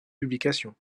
publication